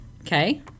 okay